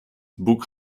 book